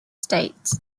states